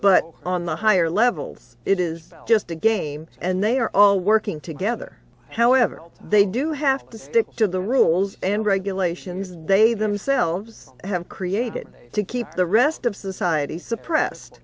but on the higher levels it is just a game and they are all working together however they do have to stick to the rules and regulations they themselves have created to keep the rest of society suppressed